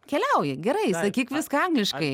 keliauji gerai sakyk viską angliškai